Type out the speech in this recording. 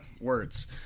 Words